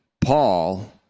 Paul